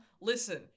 Listen